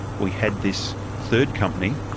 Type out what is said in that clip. we had this third company,